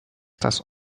das